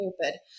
stupid